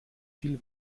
viel